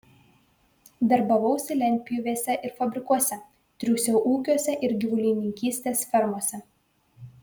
darbavausi lentpjūvėse ir fabrikuose triūsiau ūkiuose ir gyvulininkystės fermose